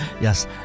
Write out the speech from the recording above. Yes